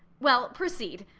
well, proceed.